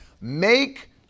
Make